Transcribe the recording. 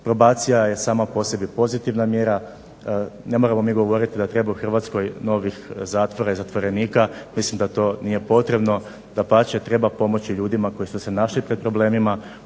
Probacija je sama po sebi pozitivna mjera, ne moramo mi govoriti da treba u Hrvatskoj novih zatvora i zatvorenika, mislim da to nije potrebno. Dapače, treba pomoći ljudima koji su se našli pred problemima,